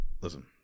listen